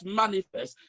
manifest